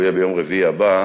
הוא יהיה ביום רביעי הבא,